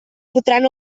fotran